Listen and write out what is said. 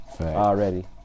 already